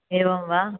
एवं वा